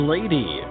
Lady